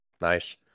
Nice